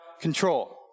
control